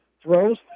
throws